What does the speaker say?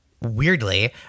Weirdly